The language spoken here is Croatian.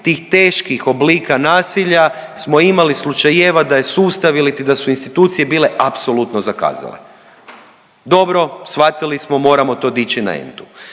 tih teških oblika nasilja smo imali slučajeva da je sustav iliti da su institucije bile apsolutno zakazale. Dobro shvatili smo, moramo to dići na entu.